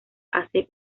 hace